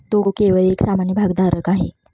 तो केवळ एक सामान्य भागधारक आहे